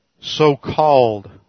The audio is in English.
so-called